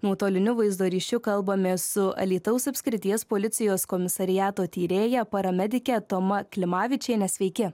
nuotoliniu vaizdo ryšiu kalbamės su alytaus apskrities policijos komisariato tyrėja paramedike toma klimavičiene sveiki